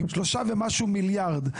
אם שלושה ומשהו מיליארד,